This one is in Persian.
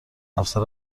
افسر